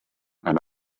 and